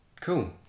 Cool